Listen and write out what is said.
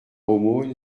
aumône